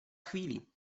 chvíli